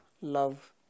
love